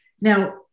Now